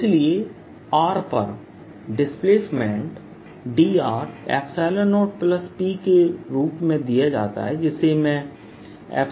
इसलिएr पर displacement Dr 0EP के रूप में दिया जाता है जिसे मैं 01eEr लिख सकता हूँ